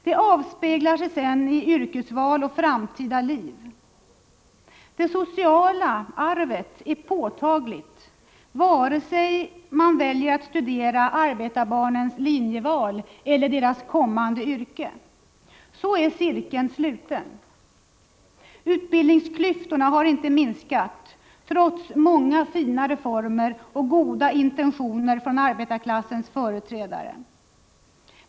Detta avspeglar sig sedan i yrkesval och framtida liv. Det sociala arvet är påtagligt vare sig man väljer att studera arbetarbarnens linjeval eller deras kommande yrke. Så är cirkeln sluten. Utbildningsklyftorna har inte minskat trots många fina reformer och goda intentioner hos arbetarklassens företrädare.